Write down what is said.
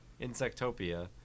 Insectopia